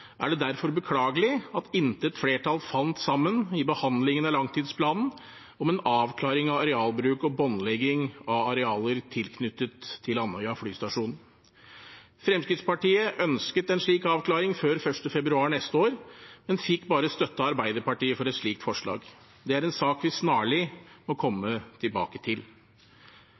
er det derfor beklagelig at intet flertall fant sammen i behandlingen av langtidsplanen om en avklaring av arealbruk og båndlegging av arealer tilknyttet Andøya flystasjon. Fremskrittspartiet ønsket en slik avklaring før 1. februar neste år, men fikk bare støtte av Arbeiderpartiet for et slikt forslag. Det er en sak vi snarlig må komme tilbake til.